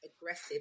aggressive